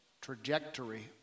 trajectory